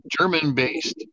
German-based